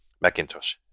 Macintosh